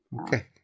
Okay